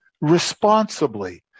responsibly